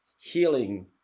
healing